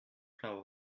plein